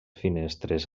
finestres